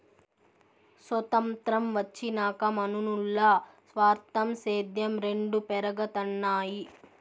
సొతంత్రం వచ్చినాక మనునుల్ల స్వార్థం, సేద్యం రెండు పెరగతన్నాయి